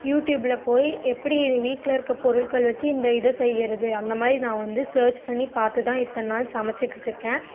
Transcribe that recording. யூடியூப்பில் போய் எப்படி இது வீட்டில் இருக்க பொருட்கள் வச்சி இந்த இதை செய்யிறது அந்த மாதிரி நான் வந்து சேர்ச் பண்ணி பார்த்து தான் இத்தன நாள் சமைச்சிக்கிட்ருக்கேன்